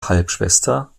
halbschwester